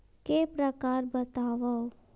के प्रकार बतावव?